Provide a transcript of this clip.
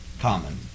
common